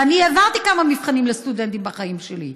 ואני העברתי כמה מבחנים לסטודנטים בחיים שלי,